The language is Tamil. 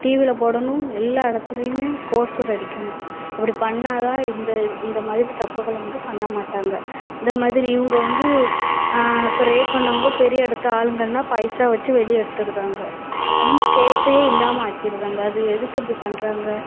டிவியில் போடணும் எல்லா இடத்துலியுமே போஸ்டர் அடிக்கணும் அப்படி பண்ணால்தான் இந்த இந்த மாதிரி தப்புகளை வந்து பண்ணமாட்டாங்கள் இந்த மாதிரி இவங்க வந்து இப்போ ரேப் பண்ணவங்கள் பெரிய இடத்து ஆளுங்கன்னால் பைசா வச்சு வெளியே எடுத்துடுதாங்க கேஸையே இல்லாமல் ஆக்கிடுறாங்க அது எதுக்கு இப்படி பண்ணுறாங்க